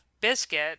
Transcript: Biscuit